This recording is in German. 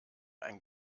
ein